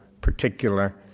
particular